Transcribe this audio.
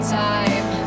time